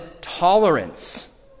tolerance